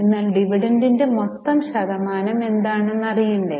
എന്നാൽ ഡിവിഡന്റിന്റെ മൊത്തം ശതമാനം എന്താണെന്നു അറിയണ്ടേ